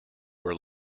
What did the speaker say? were